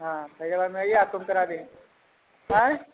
हाँ फैजाबाद मे आइए आपको हम करा देंगे आयँ